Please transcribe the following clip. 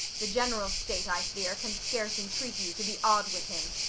the general state, i fear, can scarce entreat you to be odd with him.